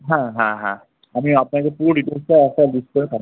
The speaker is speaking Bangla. হ্যাঁ হ্যাঁ হ্যাঁ আমি আপনাকে পুরো ডিটেলসটা একটা লিস্ট করে পাঠাচ্ছি